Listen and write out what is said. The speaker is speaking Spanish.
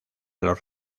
los